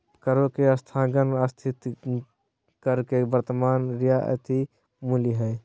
करों के स्थगन स्थगित कर के वर्तमान रियायती मूल्य हइ